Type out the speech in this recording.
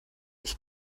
ich